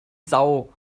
sau